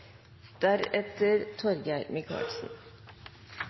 Representanten Torgeir Micaelsen